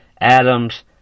Adam's